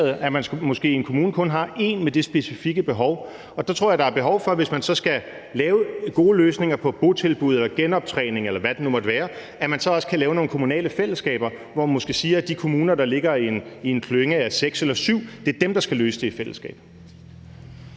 i en kommune kun har én med det specifikke behov. Og der tror jeg, der er behov for, at man, hvis man så skal lave gode løsninger med botilbud, genoptræning, eller hvad det nu måtte være, så også kan lave nogle kommunale fællesskaber, hvor man måske siger, at de kommuner, der ligger i en klynge af seks eller syv, skal løse det i fællesskab.